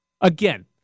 Again